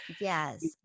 Yes